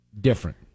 Different